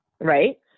right